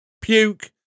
puke